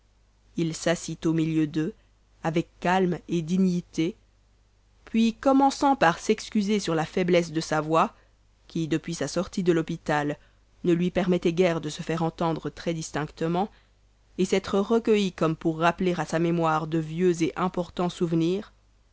il s'assit au milieu d'eux avec calme et dignité puis commençant par s'excuser sur la faiblesse de sa voix qui depuis sa sortie de l'hôpital ne lui permettait guère de se faire entendre très distinctement et s'être recueilli comme pour rappeler à sa mémoire de vieux et importans souvenirs